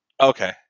Okay